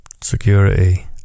security